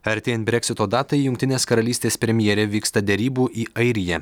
artėjant breksito datai jungtinės karalystės premjerė vyksta derybų į airiją